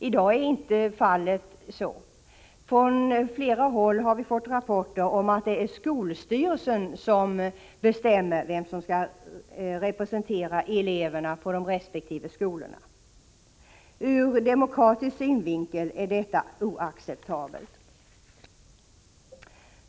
I dag är så inte fallet. Från flera håll har vi fått rapporter om att det är skolstyrelsen som bestämmer vem som skall representera eleverna på de olika skolorna. Ur demokratisk synvinkel är detta oacceptabelt.